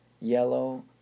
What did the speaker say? yellow